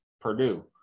Purdue